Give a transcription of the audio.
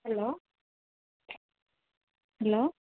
hello hello